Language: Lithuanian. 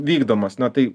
vykdomas na tai